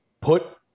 put